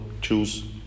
choose